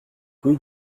rue